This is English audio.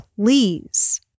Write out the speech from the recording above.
please